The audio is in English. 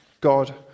God